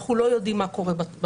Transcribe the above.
אנחנו לא יודעים מה קורה במשטרה,